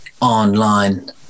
online